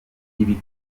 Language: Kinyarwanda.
ibi